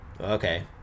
okay